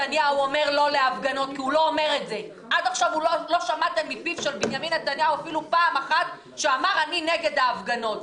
עד עכשיו לא שמעתם את בנימין נתניהו אומר שהוא נגד הפגנות.